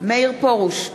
מאיר פרוש,